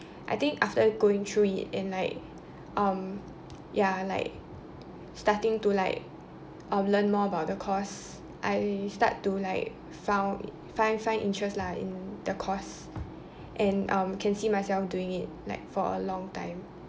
I think after going through it and like um ya like starting to like um learn more about the course I start to like found find find interest lah in the course and um can see myself doing it like for a long time